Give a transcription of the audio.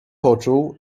poczuł